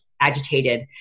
agitated